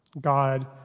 God